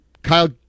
Kyle